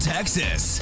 Texas